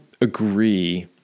agree